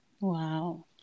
Wow